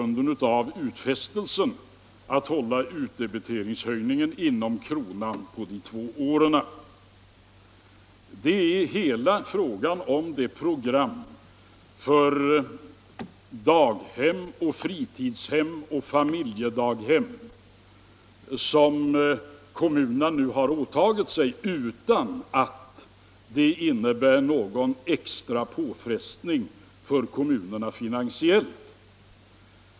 under två år lyfts 1,2 miljarder över från statskassan till kommunerna. Vidare har kommunerna åtagit sig ett program för utbyggnad av daghem, fritidshem och familjedaghem utan att detta innebär någon extra påfrestning för kommunerna finansiellt.